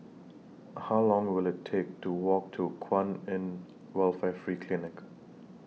How Long Will IT Take to Walk to Kwan in Welfare Free Clinic